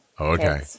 okay